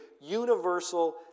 universal